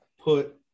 put